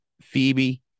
Phoebe